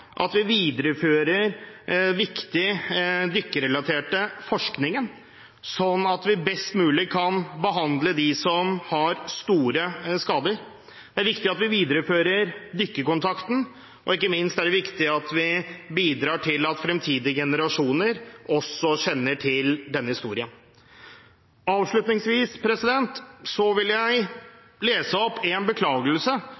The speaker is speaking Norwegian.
i dag, viderefører vi den viktige dykkerrelaterte forskningen sånn at vi best mulig kan behandle dem som har store skader. Det er viktig at vi viderefører Dykkerkontakten, og ikke minst er det viktig at vi bidrar til at fremtidige generasjoner også kjenner til denne historien. Avslutningsvis vil